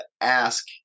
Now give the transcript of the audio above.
ask